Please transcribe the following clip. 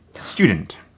student